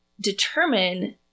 determine